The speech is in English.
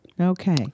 Okay